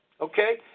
Okay